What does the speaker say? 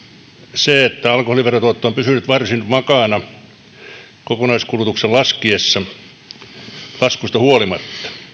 se että alkoholin verotuotto on pysynyt varsin vakaana kokonaiskulutuksen laskusta huolimatta